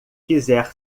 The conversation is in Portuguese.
quiser